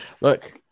Look